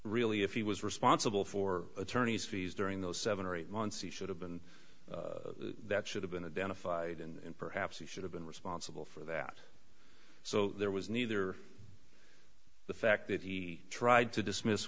really if he was responsible for attorney's fees during those seven or eight months he should have been that should have been identified and perhaps he should have been responsible for that so there was neither the fact that he tried to dismiss